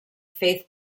faith